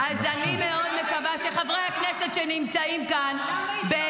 אז אני מאוד מקווה שחברי הכנסת שנמצאים כאן --- למה הצבעתם בעד הפגרה?